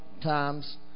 times